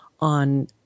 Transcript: on